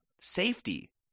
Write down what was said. safety